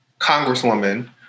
Congresswoman